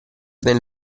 nel